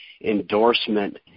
endorsement